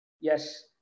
Yes